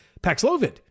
Paxlovid